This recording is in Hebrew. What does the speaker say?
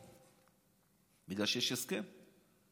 בגלל שיש הסכם.